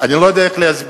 אני לא יודע איך להסביר,